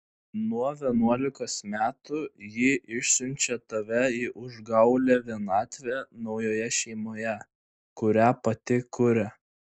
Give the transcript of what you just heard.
nuo vienuolikos metų ji išsiunčia tave į užgaulią vienatvę naujoje šeimoje kurią pati kuria